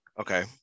okay